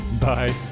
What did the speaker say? Bye